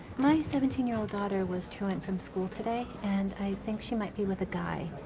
my seventeen year old daughter was truant from school today, and i think she might be with a guy.